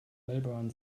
melbourne